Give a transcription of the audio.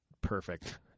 perfect